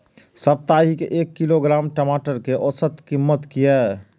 साप्ताहिक एक किलोग्राम टमाटर कै औसत कीमत किए?